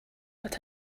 what